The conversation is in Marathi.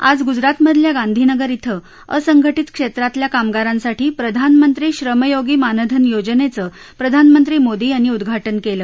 आज गुजरातमधल्या गांधीनगर क्रि असंघटित क्षेत्रातल्या कामगारांसाठी प्रधानमंत्री श्रमयोगी मानधन योजनेचं प्रधानमंत्री मोदी यांनी उद्घाटन केलं